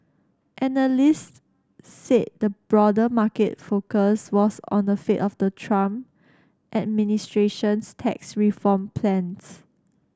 analysts said the broader market focus was on the fate of the Trump administration's tax reform plans